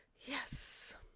Yes